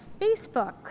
Facebook